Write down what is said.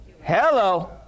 Hello